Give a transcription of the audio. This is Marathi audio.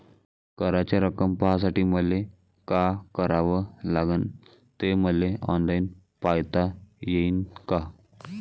कराच रक्कम पाहासाठी मले का करावं लागन, ते मले ऑनलाईन पायता येईन का?